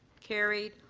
carried.